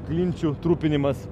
klinčių trupinimas